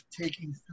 taking